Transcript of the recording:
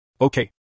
Okay